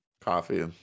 Coffee